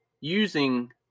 using